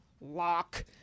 Lock